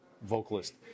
vocalist